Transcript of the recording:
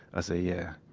ah say, yeah.